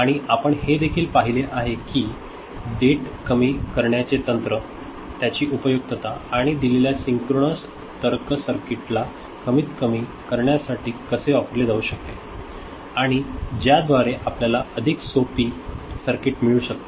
आणि आपण हे देखील पाहिले आहे की डेट कमी करण्याचे तंत्र त्याची उपयुक्तता आणि दिलेल्या सिंक्रोनस तर्क सर्किटला कमीतकमी कमी करण्यासाठी कसे वापरले जाऊ शकते आणि ज्याद्वारे आपल्याला अधिक सोपी सर्किट मिळू शकते